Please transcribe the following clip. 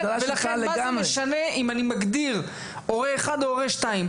לכן מה זה משנה אם אני מגדיר הורה אחד או הורה שניים?